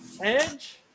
Edge